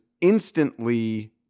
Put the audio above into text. instantly